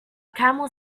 camel